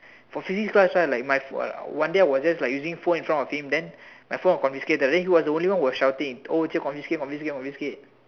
for physics class right like my !walao! one day I was just using in front of him then my phone was confiscated then he was the only one who was shouting oh Cher confiscate confiscate confiscate confiscate